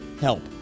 help